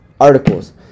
articles